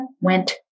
went